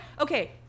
okay